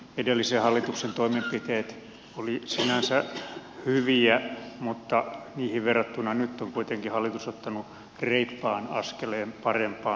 edellisen hallituksen toimenpiteet olivat sinänsä hyviä mutta niihin verrattuna nyt on kuitenkin hallitus ottanut reippaan askeleen parempaan suuntaan